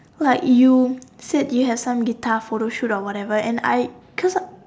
like you said you had some guitar photo shoot or whatever and I because